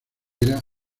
era